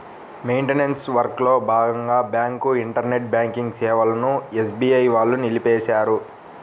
maintenance వర్క్లో భాగంగా bank internet banking సేవలను ఎస్బీఐ వాళ్ళు నిలిపేశారు